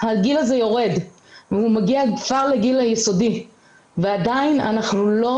הגיל הזה יורד ומגיע כבר לגיל היסודי ועדיין אנחנו לא